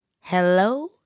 Hello